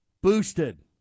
boosted